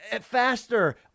faster